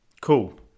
cool